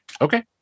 Okay